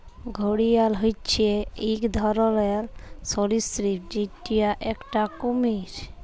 ঘড়িয়াল হচ্যে এক ধরলর সরীসৃপ যেটা একটি কুমির